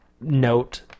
note